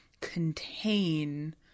contain